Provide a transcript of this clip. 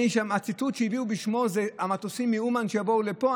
הציטוט שהביאו בשמו: המטוסים מאומן שיבואו לפה,